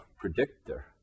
predictor